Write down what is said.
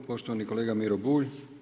Poštovani kolega Miro Bulj.